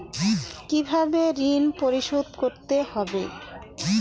কিভাবে ঋণ পরিশোধ করতে হবে?